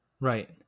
Right